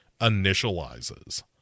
initializes